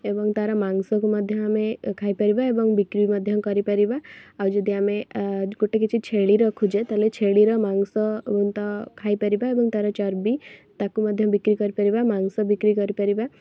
ଏବଂ ତା'ର ମାଂସକୁ ମଧ୍ୟ ଆମେ ଖାଇପାରିବା ଏବଂ ବିକ୍ରି ମଧ୍ୟ କରିପାରିବା ଆଉ ଯଦି ଆମେ ଗୋଟେ କିଛି ଛେଳି ରଖୁଛେ ତା'ହେଲେ ଛେଳିର ମାଂସ ଖାଇପାରିବା ଏବଂ ତା'ର ଚର୍ବି ତାକୁ ମଧ୍ୟ ବିକ୍ରି କରିପାରିବା ମାଂସ ବିକ୍ରି କରିପାରିବା